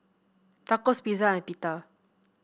Tacos Pizza and Pita